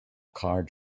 card